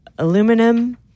Aluminum